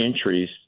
entries